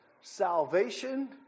salvation